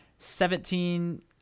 seventeen